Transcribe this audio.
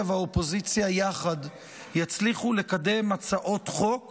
והאופוזיציה יחד יצליחו לקדם הצעות חוק